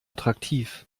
attraktiv